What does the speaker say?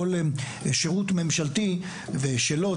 כל שירות ממשלתי ושלא,